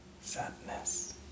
sadness